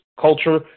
culture